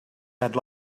had